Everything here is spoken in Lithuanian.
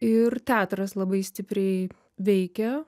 ir teatras labai stipriai veikia